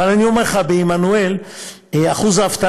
אבל אני אומר לך שבעמנואל שיעור האבטלה,